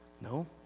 No